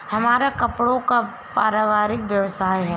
हमारा कपड़ों का पारिवारिक व्यवसाय है